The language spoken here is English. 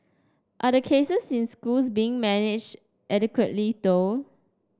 are the cases in schools being manage adequately though